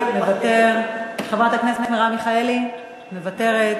מוותר, חברת הכנסת מרב מיכאלי, מוותרת.